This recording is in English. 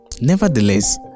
Nevertheless